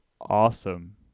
awesome